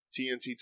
TNT